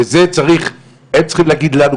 אני לא יכול להתייחס לזה ברשותך,